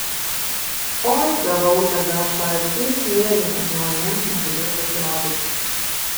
oi gavau tada paakys mėlynas žmonėms negalėjau pasirodyti